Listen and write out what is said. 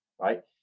right